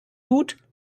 tut